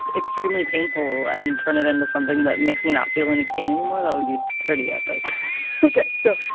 extremely painful and turn it into something that makes me not feel any pain anymore, that would be pretty epic ok, so,